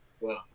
Wow